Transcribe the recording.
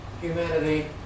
humanity